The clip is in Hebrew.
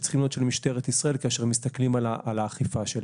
משטרת ישראל כאשר מסתכלים על האכיפה שלה.